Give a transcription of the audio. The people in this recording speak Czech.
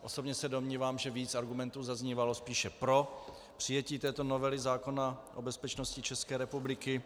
Osobně se domnívám, že víc argumentů zaznívalo spíše pro přijetí této novely zákona o bezpečnosti České republiky.